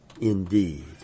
indeed